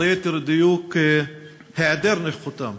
או ליתר דיוק היעדר נוכחותם,